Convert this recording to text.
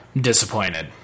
disappointed